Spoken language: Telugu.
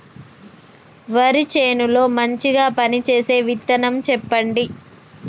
వరి చేను లో మంచిగా పనిచేసే విత్తనం చెప్పండి?